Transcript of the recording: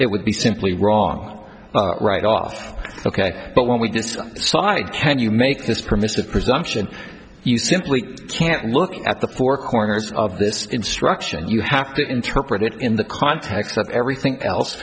it would be simply wrong right off ok but when we just saw it can you make this permissive presumption you simply can't look at the four corners of this instruction you have to interpret it in the context of everything else